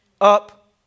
up